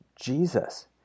Jesus